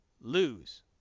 lose